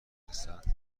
بفرستند